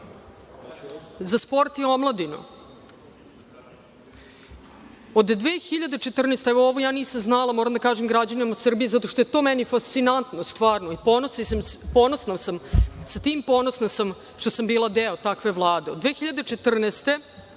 Za sport i omladinu? Od